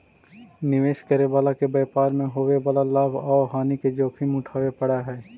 निवेश करे वाला के व्यापार मैं होवे वाला लाभ औउर हानि के जोखिम उठावे पड़ऽ हई